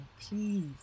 Please